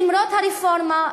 למרות הרפורמה,